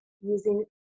using